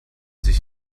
sich